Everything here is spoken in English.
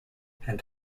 and